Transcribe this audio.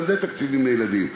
גם זה תקציבים לילדים.